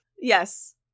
yes